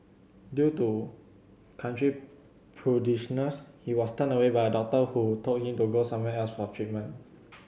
due to country prudishness he was turned away by a doctor who told him to go elsewhere for treatment